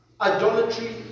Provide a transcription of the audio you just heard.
idolatry